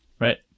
Right